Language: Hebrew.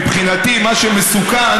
מבחינתי, מה שמסוכן